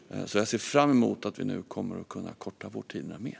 Jag ser fram emot att vi kommer att kunna korta vårdtiderna mer.